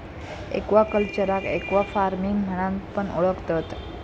एक्वाकल्चरका एक्वाफार्मिंग म्हणान पण ओळखतत